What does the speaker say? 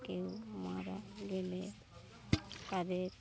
কেউ মারা গেলে তাদের